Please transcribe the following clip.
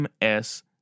MS